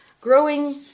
growing